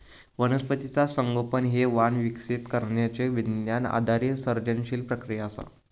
वनस्पतीचा संगोपन हे वाण विकसित करण्यची विज्ञान आधारित सर्जनशील प्रक्रिया असा